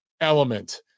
element